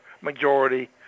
majority